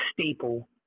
staple